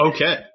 Okay